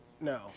No